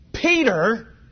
Peter